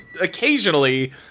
occasionally